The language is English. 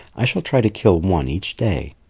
i shall try to kill one each day.